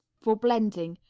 for blending.